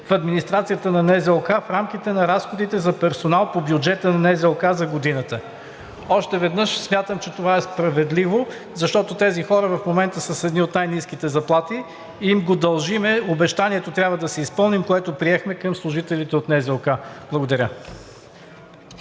в администрацията на НЗОК в рамките на разходите за персонал по бюджета на НЗОК за годината.“ Още веднъж смятам, че това е справедливо, защото тези хора в момента са с едни от най-ниските заплати и им го дължим – обещанието, което поехме към служителите от НЗОК, трябва